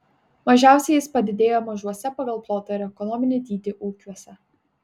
mažiausiai jis padidėjo mažuose pagal plotą ir ekonominį dydį ūkiuose